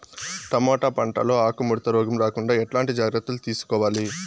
Tomato పంట లో ఆకు ముడత రోగం రాకుండా ఎట్లాంటి జాగ్రత్తలు తీసుకోవాలి?